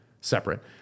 separate